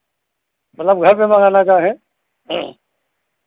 मतलब घर पे मंगाना चाहें